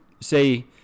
say